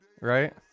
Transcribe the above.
right